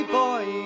boy